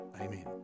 Amen